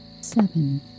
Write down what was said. seven